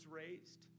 raised